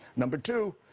number two,